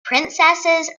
princesses